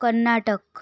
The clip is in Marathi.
कर्नाटक